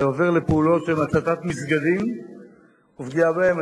זה עובר לפעולות של הצתת מסגדים ופגיעה בהם,